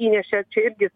įnešė čia irgi